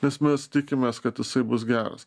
nes mes tikimės kad jisai bus geras